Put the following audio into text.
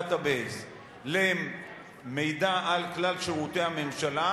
database למידע על כלל שירותי הממשלה,